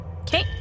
Okay